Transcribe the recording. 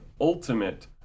ultimate